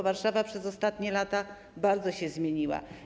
Warszawa przez ostatnie lata bardzo się zmieniła.